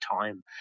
time